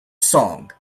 song